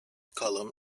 column